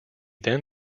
then